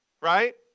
Right